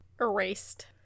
Erased